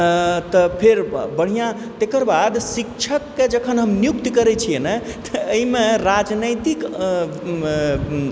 तऽ फेर बढ़िआँ तकरबाद शिक्षकके जखन हम नियुक्त करय छियै ने तऽ अइमे राजनैतिक